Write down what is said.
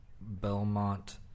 Belmont